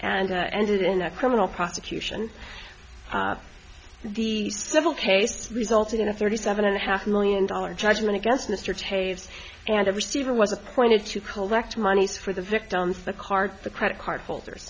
and ended in a criminal prosecution the civil case resulted in a thirty seven and a half million dollar judgment against mr tapes and a receiver was appointed to collect money for the victims the card the credit card holders